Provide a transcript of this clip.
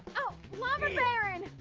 oh. lumber baron!